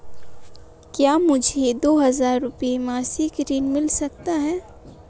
क्या मुझे दो हज़ार रुपये मासिक ऋण मिल सकता है?